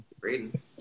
Reading